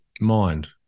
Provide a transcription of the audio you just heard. mind